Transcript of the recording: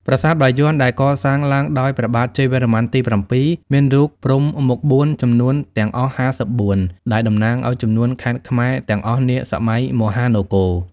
ប្រាសាទបាយ័នដែលកសាងឡើងដោយព្រះបាទជ័យវរ្ម័នទី៧ មានរូបព្រហ្មមុខបួនចំនួនទាំងអស់ ៥៤ ដែលតំណាងអោយចំនួនខេត្តខ្មែរទាំងអស់នាសម័យមហានគរ ។